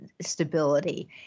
stability